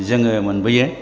जोङो मोनबोयो